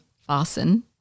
Fasten